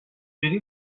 جوری